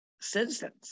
citizens